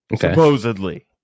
Supposedly